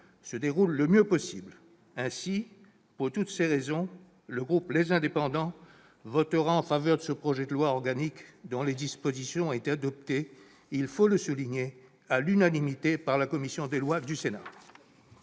se déroule le mieux possible. Aussi, pour toutes ces raisons, le groupe Les Indépendants-République et Territoires votera en faveur de ce projet de loi organique, dont les dispositions ont été adoptées, il faut le souligner, à l'unanimité par la commission des lois du Sénat.